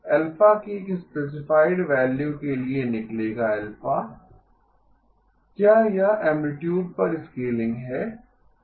α की एक specified value के लिए निकलेगा α क्या यह ऐम्पलीटूड पर स्केलिंग है